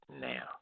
now